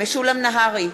משולם נהרי,